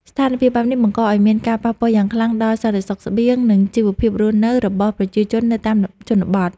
ស្ថានភាពបែបនេះបង្កឱ្យមានការប៉ះពាល់យ៉ាងខ្លាំងដល់សន្តិសុខស្បៀង និងជីវភាពរស់នៅរបស់ប្រជាជននៅតាមជនបទ។